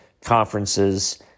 conferences